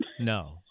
No